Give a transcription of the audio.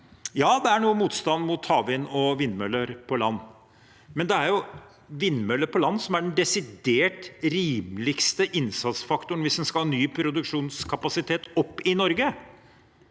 Ja, det er noe motstand mot havvind og vindmøller på land, men det er jo vindmøller på land som er den desidert rimeligste innsatsfaktoren hvis en skal ha ny produksjonskapasitet opp i Norge.